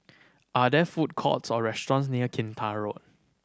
are there food courts or restaurants near Kinta Road